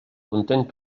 content